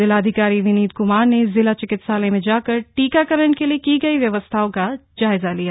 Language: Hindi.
जिलाधिकारी विनीत क्मार ने जिला चिकित्सालय में जाकर टीकाकरण के लिए की गयी व्यवस्थाओं का जायजा लिया